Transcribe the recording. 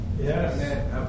Yes